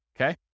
okay